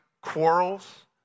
quarrels